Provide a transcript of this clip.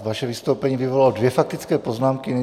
Vaše vystoupení vyvolalo dvě faktické poznámky.